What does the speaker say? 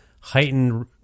heightened